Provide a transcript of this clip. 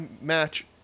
match